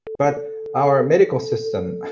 but our medical system,